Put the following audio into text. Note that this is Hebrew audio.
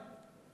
נא לסיים.